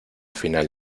final